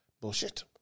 Bullshit